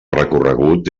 recorregut